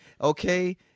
Okay